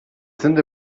sind